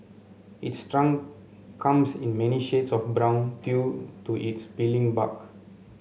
its trunk comes in many shades of brown due to its peeling bark